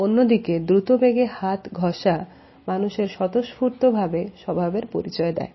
অন্যদিকে দ্রুতবেগে হাত ঘষা মানুষের স্বতঃস্ফূর্ত স্বভাবের পরিচয় দেয়